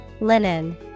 Linen